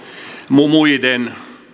muiden